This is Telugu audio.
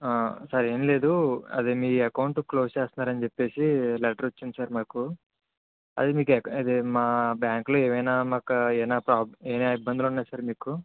సార్ ఎం లేదు అదే మీ అకౌంట్ క్లోస్ చేస్తున్నారని చెప్పేసి లెటర్ వచ్చింది సార్ నాకు అది అక్ అది మీకు ఆ మా బ్యాంకులో ఏమైనా మాకు ఏమైనా ప్రోబ్ ఏమైనా ఇబ్బందులు ఉన్నాయా సార్ మీకు